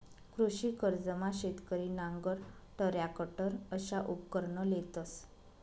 कृषी कर्जमा शेतकरी नांगर, टरॅकटर अशा उपकरणं लेतंस